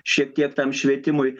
šiek tiek tam švietimui